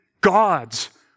God's